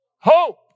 hope